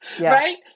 right